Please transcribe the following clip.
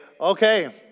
okay